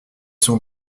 son